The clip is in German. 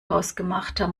hausgemachter